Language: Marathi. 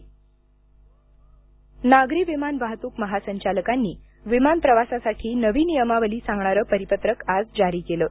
निर्बंध नागरी विमान वाहतूक महासंचालकांनीं विमान प्रवासासाठी नवी नियमावली सांगणारं परिपत्रक आज जारी केलं आहे